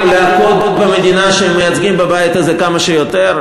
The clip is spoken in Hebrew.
להכות במדינה שהם מייצגים בבית הזה כמה שיותר.